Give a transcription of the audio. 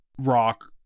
rock